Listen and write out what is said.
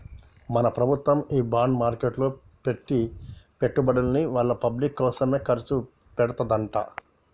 మన ప్రభుత్వము ఈ బాండ్ మార్కెట్లో పెట్టి పెట్టుబడుల్ని వాళ్ళ పబ్లిక్ కోసమే ఖర్చు పెడతదంట